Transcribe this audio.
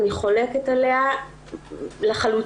אני חולקת עליה לחלוטין.